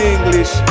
English